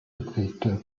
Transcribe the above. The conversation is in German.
geprägte